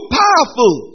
powerful